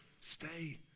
Stay